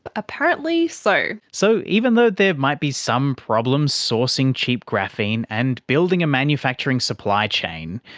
apparently so. so even though there might be some problems sourcing cheap graphene and building a manufacturing supply chain,